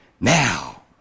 now